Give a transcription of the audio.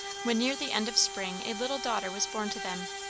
when near the end of spring a little daughter was born to them?